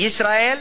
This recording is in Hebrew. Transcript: בישראל,